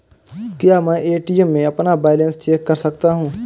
क्या मैं ए.टी.एम में अपना बैलेंस चेक कर सकता हूँ?